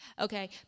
Okay